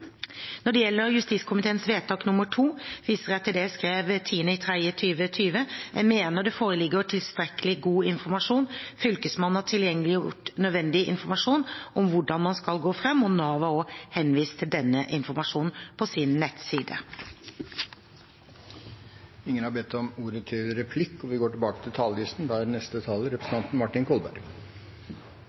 Når det gjelder justiskomiteens forslag til vedtak II, viser jeg til det jeg skrev 10. mars 2020. Jeg mener det foreligger tilstrekkelig god informasjon. Fylkesmannen har tilgjengeliggjort nødvendig informasjon om hvordan man skal gå frem, og Nav har også henvist til denne informasjonen på sin nettside. De talere som heretter får ordet, har en taletid på inntil 3 minutter. Jeg mener at det forslaget som er